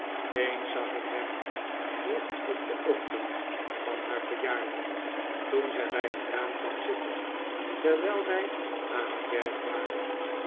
eens zag ik hem vroeg op den ochtend van haar verjaardag toen zij bij het raam kwam zitten terwijl wij aan het werk waren